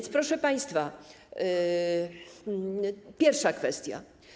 To, proszę państwa, pierwsza kwestia.